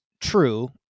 true